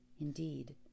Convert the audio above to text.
Indeed